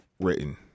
written